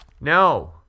No